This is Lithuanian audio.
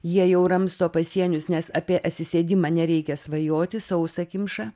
jie jau ramsto pasienius nes apie atsisėdimą nereikia svajoti sausakimša